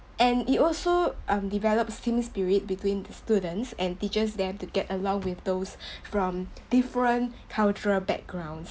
and it also um develops team spirit between the students and teachers them to get along with those from different cultural background